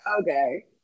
okay